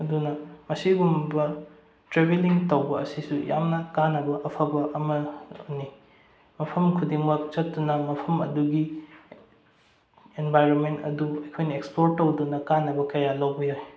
ꯑꯗꯨꯅ ꯑꯃꯁꯤꯒꯨꯝꯕ ꯇ꯭ꯔꯦꯕꯦꯜꯂꯤꯡ ꯇꯧꯕ ꯑꯁꯤꯁꯨ ꯌꯥꯝꯅ ꯀꯥꯟꯅꯕ ꯑꯐꯕ ꯑꯃꯅꯤ ꯃꯐꯝ ꯈꯨꯗꯤꯡꯃꯛ ꯆꯠꯇꯨꯅ ꯃꯐꯝ ꯑꯗꯨꯒꯤ ꯑꯦꯟꯚꯥꯏꯔꯣꯟꯃꯦꯟ ꯑꯗꯨ ꯑꯩꯈꯣꯏꯅ ꯑꯦꯛꯁꯄ꯭ꯂꯣꯔ ꯇꯧꯗꯨꯅ ꯀꯥꯟꯅꯕ ꯀꯌꯥ ꯂꯧꯕ ꯌꯥꯏ